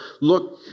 look